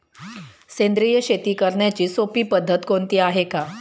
सेंद्रिय शेती करण्याची सोपी पद्धत कोणती आहे का?